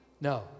No